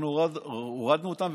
הורדנו אותם,